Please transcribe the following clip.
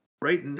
Right